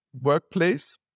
workplace